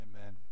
Amen